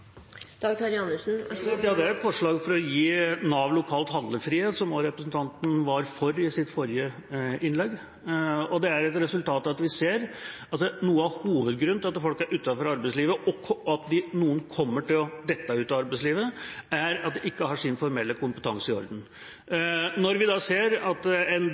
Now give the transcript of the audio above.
Det er et forslag for å gi Nav lokalt handlefrihet, som også representanten var for i sitt forrige innlegg. Noe av hovedgrunnen til at folk er utenfor arbeidslivet, og at noen kommer til å dette ut av arbeidslivet, er at de ikke har sin formelle kompetanse i orden. Når vi ser på en